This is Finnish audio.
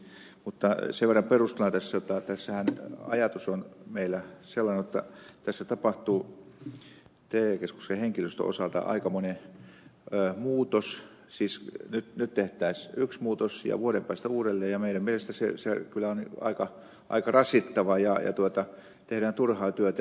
mutta sen verran perustelen tässä jotta ajatushan tässä meillä on sellainen jotta tässä tapahtuu te keskusten henkilöstön osalta aikamoinen muutos siis nyt tehtäisiin yksi muutos ja vuoden päästä uudelleen ja meidän mielestämme se on aika rasittavaa ja tehdään turhaa työtä